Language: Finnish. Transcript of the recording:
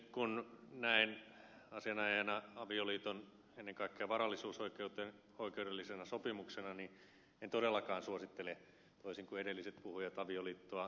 kun näen asianajajana avioliiton ennen kaikkea varallisuusoikeudellisena sopimuksena niin en todellakaan suosittele toisin kuin edelliset puhujat avioliittoa kaikille